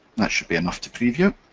that should be enough to preview,